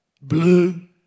blue